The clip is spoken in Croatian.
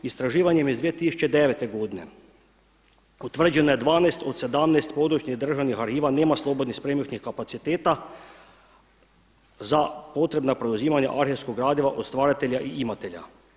Istraživanjem iz 2009. godine utvrđeno je 12 od 17 područnih državnih arhiva nema slobodnih spremišnih kapaciteta za potrebno preuzimanja arhivskog gradiva od stvaratelja i imatelja.